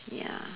ya